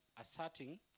asserting